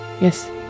Yes